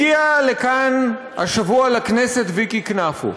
הגיעה לכאן השבוע, לכנסת, ויקי קנפו.